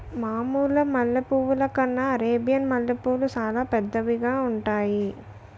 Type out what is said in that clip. మామూలు మల్లె పువ్వుల కన్నా అరేబియన్ మల్లెపూలు సాలా పెద్దవిగా ఉంతాయి